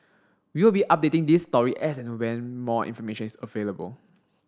we will be updating this story as and when more information is available